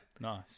Nice